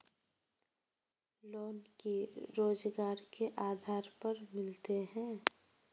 Loan की रोजगार के आधार पर मिले है?